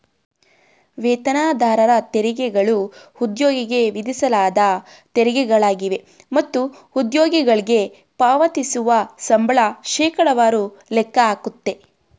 ವೇತನದಾರರ ತೆರಿಗೆಗಳು ಉದ್ಯೋಗಿಗೆ ವಿಧಿಸಲಾದ ತೆರಿಗೆಗಳಾಗಿವೆ ಮತ್ತು ಉದ್ಯೋಗಿಗಳ್ಗೆ ಪಾವತಿಸುವ ಸಂಬಳ ಶೇಕಡವಾರು ಲೆಕ್ಕ ಹಾಕುತ್ತೆ